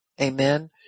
Amen